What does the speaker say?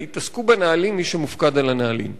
יתעסקו בנהלים מי שמופקד על הנהלים.